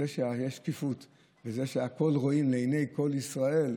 בזה שיש שקיפות וזה שהכול רואים לעיני כל ישראל,